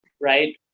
right